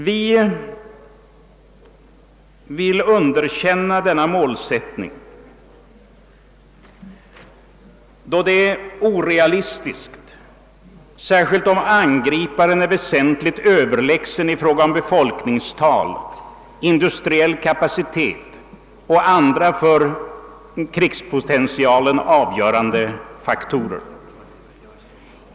Vi vill underkänna denna målsättning då den är orealistisk, särskilt om angriparen är väsentligt överlägsen i fråga om befolkningstal, industriell kapacitet och andra för krigspotentialen avgörande faktorer.